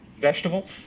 vegetables